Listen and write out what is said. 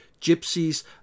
gypsies